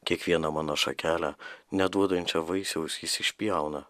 kiekvieną mano šakelę neduodančią vaisiaus jis išpjauna